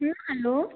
ಹ್ಞೂ ಅಲೋ